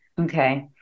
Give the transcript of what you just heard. Okay